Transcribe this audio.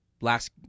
last